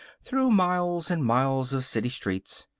through miles and miles of city streets.